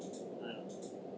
mm